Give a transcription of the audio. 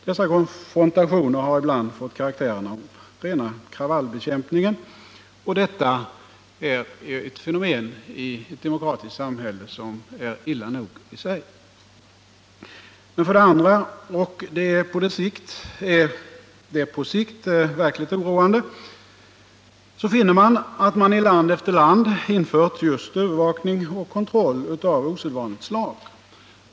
Dessa konfrontationer har ibland fått karaktären av rena kravallbekämpningen, och detta fenomen är i ett demokratiskt samhälle illa nog. Men för det andra — och det är på sikt det verkligt oroande — finner man att det i land efter land införts just övervakning och kontroll av osedvanligt slag.